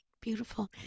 Beautiful